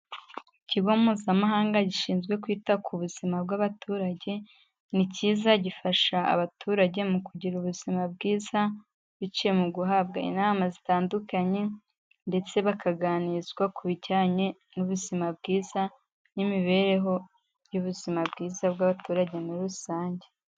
Kkigo mpuzamahanga gishinzwe kwita ku buzima bw'abaturage, ni kiza gifasha abaturage mu kugira ubuzima bwiza biciye mu guhabwa inama zitandukanye ndetse bakaganizwa ku bijyanye n'ubuzima bwiza n'imibereho y'ubuzima bwiza bw'abaturage muri rusange.